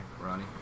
Ronnie